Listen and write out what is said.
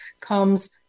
comes